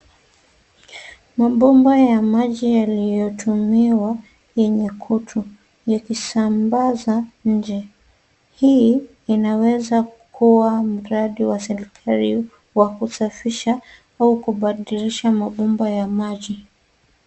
Mabomba ya maji yaliyotumiwa yenye kutu yakisambaza nje. Hii inaweza kuwa mradi wa serikali wa kusafisha au kubadilisha mabomba ya maji.